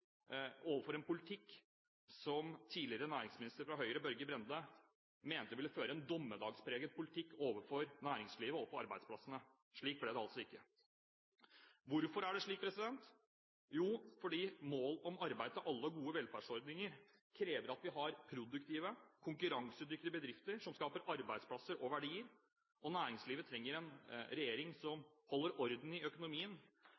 overfor næringslivet og på arbeidsplassene. Slik ble det altså ikke. Hvorfor er det slik? Jo, fordi målet om arbeid til alle og gode velferdsordninger krever at vi har produktive, konkurransedyktige bedrifter som skaper arbeidsplasser og verdier. Næringslivet trenger en regjering som holder orden i økonomien,